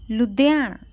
Ludhiana